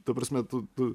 ta prasme tu tu